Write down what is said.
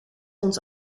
ons